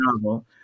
novel